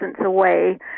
away